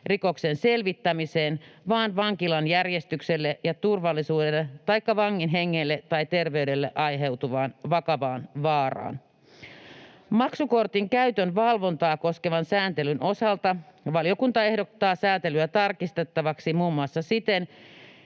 rikoksen selvittämiseen vaan vankilan järjestykselle ja turvallisuudelle taikka vangin hengelle tai terveydelle aiheutuvaan vakavaan vaaraan. Maksukortin käytön valvontaa koskevan sääntelyn osalta valiokunta ehdottaa sääntelyä tarkistettavaksi muun